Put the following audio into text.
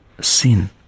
sin